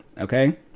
Okay